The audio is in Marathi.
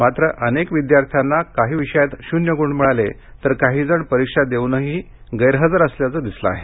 मात्र यात अनेक विद्यार्थ्यांना काही विषयात शून्य गुण मिळाले तर काहीजण परीक्षा देऊनदेखील गैरहजर असल्याचं दिसलं आहे